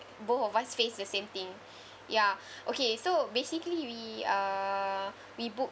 both of us face the same thing ya okay so basically we uh we booked